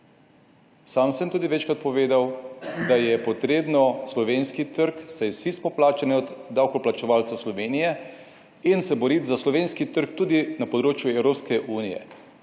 Sam sem tudi večkrat povedal, da je potrebno slovenski trg, saj vsi smo plačani od davkoplačevalcev Slovenije in se boriti za slovenski trg tudi na področju Evropske unije.